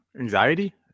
anxiety